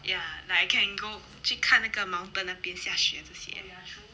ya like I can go 去看那个 mountain 那边下雪这些